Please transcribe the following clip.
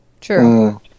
True